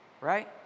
right